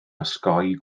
osgoi